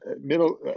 middle